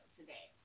today